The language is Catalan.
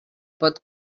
pot